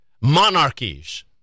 monarchies